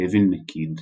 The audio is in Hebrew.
קווין מק'קיד,